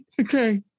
okay